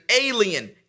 alien